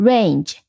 Range